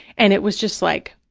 and it was just like,